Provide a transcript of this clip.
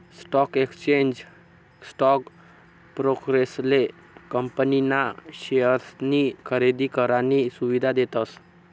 stock exchange stock ब्रोकरेसले company ना शेअर्सनी खरेदी करानी सुविधा देतस